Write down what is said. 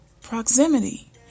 proximity